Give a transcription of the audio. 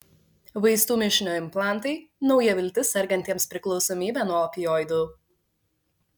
vaistų mišinio implantai nauja viltis sergantiems priklausomybe nuo opioidų